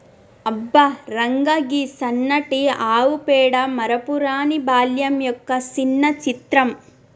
అబ్బ రంగా, గీ సన్నటి ఆవు పేడ మరపురాని బాల్యం యొక్క సిన్న చిత్రం